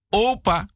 opa